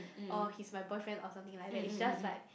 orh he's my boyfriend or something like that is just like